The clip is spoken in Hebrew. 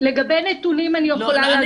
לגבי נתונים אני יכולה להגיד ככה --- לא,